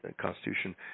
Constitution